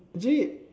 actually